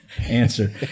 answer